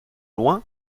loin